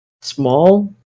small